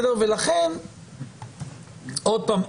עוד פעם,